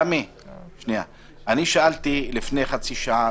שאלתי מקודם על